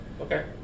Okay